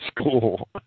school